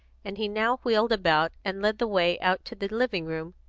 and he now wheeled about, and led the way out to the living-room,